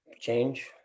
change